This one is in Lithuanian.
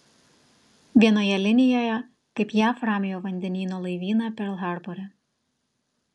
vienoje linijoje kaip jav ramiojo vandenyno laivyną perl harbore